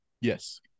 Yes